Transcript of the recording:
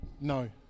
No